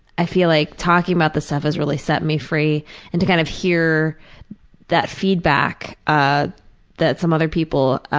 i feel like talking about this stuff has really set me free free and to kind of hear that feedback ah that some other people,